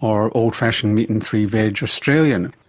or old-fashioned meat and three veg australian.